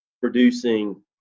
producing